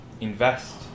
invest